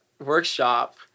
workshop